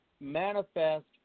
manifest